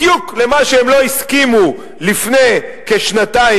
בדיוק לְמה שהם לא הסכימו לו לפני כשנתיים,